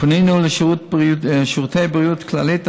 פנינו לשירותי בריאות כללית,